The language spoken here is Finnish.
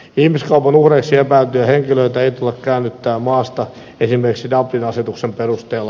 ihmiskaupan uhreiksi epäiltyjä henkilöitä ei tule käännyttää maasta esimerkiksi dublin asetuksen perusteella